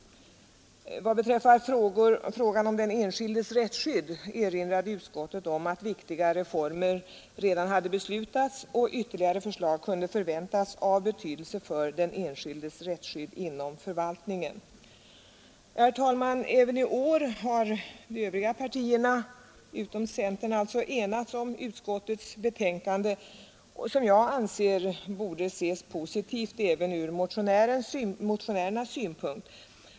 Vad beträffar frågan om den enskildes rättsskydd erinrade utskottet om att viktiga reformer redan hade beslutats och att ytterligare förslag kunde förväntas av betydelse för den enskildes rättsskydd inom förvaltningen. Herr talman! Även i år har samtliga partier utom centern enats om utskottets betänkande, som jag anser borde ses positivt också från motionärernas synpunkt.